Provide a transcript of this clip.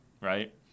right